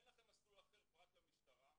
שאין להם מסלול אחר פרט למשטרה,